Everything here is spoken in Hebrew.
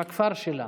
בכפר שלה.